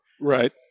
right